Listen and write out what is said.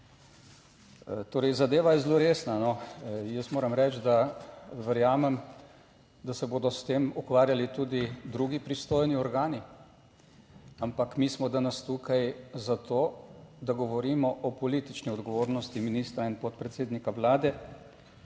Torej zadeva je zelo resna, jaz moram reči, da verjamem, da se bodo s tem ukvarjali tudi drugi pristojni organi, ampak mi smo danes tukaj za to, da govorimo o politični odgovornosti ministra in podpredsednika Vlade,